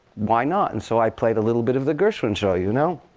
why not? and so, i played a little bit of the gershwin show you know